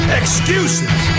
excuses